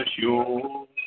sure